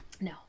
No